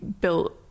built